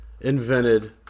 invented